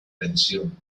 tensión